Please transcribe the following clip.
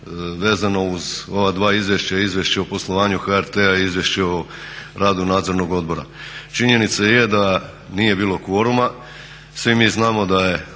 vezano uz ova dva izvješća, Izvješće o poslovanju HRT-a i Izvješće o radu Nadzornog odbora. Činjenica je da nije bilo kvoruma. Svi mi znamo da je